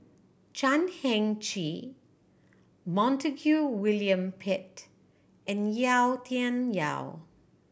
Chan Heng Chee Montague William Pett and Yau Tian Yau